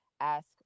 ask